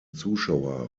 zuschauer